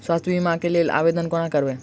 स्वास्थ्य बीमा कऽ लेल आवेदन कोना करबै?